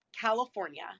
California